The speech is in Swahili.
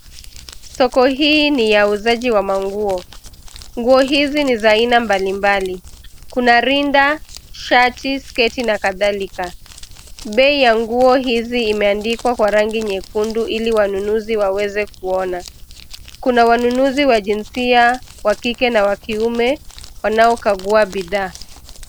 Soko hii ni ya uuzaji wa manguo. Nguo hizi ni za aina mbalimbali kuna rinda, shati, sketi na kadhalika. Bei ya nguo hizi imeandikwa kwa rangi nyekundu ili wanunuzi waweze kuona, kuna wanunuzi wa jinsia wa kike na wa kiume wanao kagua bidhaa.